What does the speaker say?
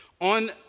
On